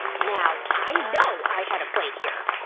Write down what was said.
now i know i had a plate here.